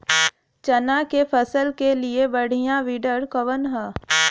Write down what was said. चना के फसल के लिए बढ़ियां विडर कवन ह?